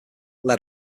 led